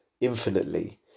infinitely